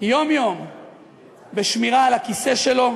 יום-יום בשמירה על הכיסא שלו,